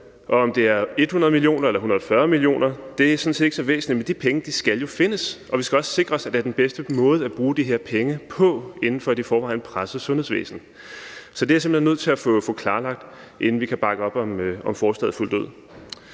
og om det er 100 mio. kr. eller 140 mio. kr., er sådan set ikke så væsentligt. Men de penge skal jo findes, og vi skal også sikre os, at det er den bedste måde at bruge de her penge på inden for et i forvejen presset sundhedsvæsen. Så det er jeg simpelt hen nødt til at få klarlagt, inden vi kan bakke op om forslaget fuldt ud.